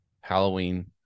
Halloween